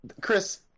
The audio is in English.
Chris